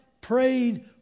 prayed